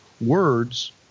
words